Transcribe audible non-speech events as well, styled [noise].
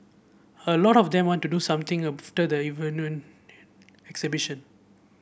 a lot of them want to do something after the [unintelligible] exhibition